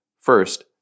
First